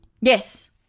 Yes